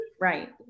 right